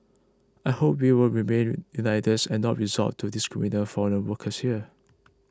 I hope we will remained united and not resort to discriminating foreign workers here